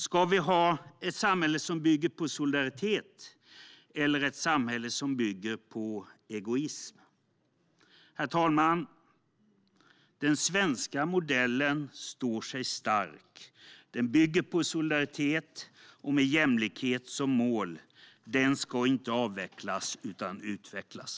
Ska vi ha ett samhälle som bygger på solidaritet eller ett samhälle som bygger på egoism? Herr talman! Den svenska modellen står sig stark. Den bygger på solidaritet och med jämlikhet som mål. Den ska inte avvecklas utan utvecklas.